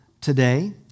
today